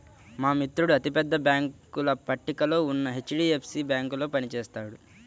మా మిత్రుడు అతి పెద్ద బ్యేంకుల పట్టికలో ఉన్న హెచ్.డీ.ఎఫ్.సీ బ్యేంకులో పని చేస్తున్నాడు